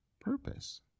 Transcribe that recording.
purpose